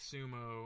Sumo